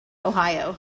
ohio